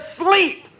sleep